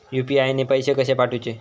UPI ने पैशे कशे पाठवूचे?